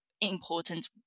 Important